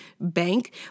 bank